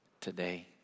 today